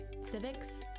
civics